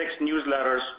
newsletters